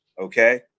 okay